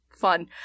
fun